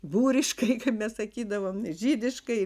būriškai kaip mes sakydavom žydiškai